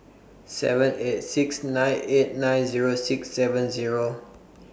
seven eight six nine eight nine Zero six seven Zero